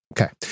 Okay